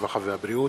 הרווחה והבריאות.